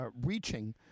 reaching